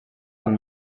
amb